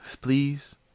Please